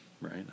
right